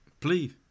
Please